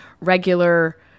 regular